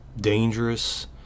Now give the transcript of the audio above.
dangerous